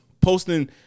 Posting